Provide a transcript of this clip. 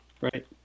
right